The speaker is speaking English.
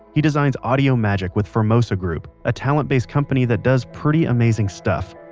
he designs audio magic with formosa group, a talent-based company that does pretty amazing stuff.